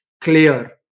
clear